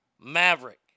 Maverick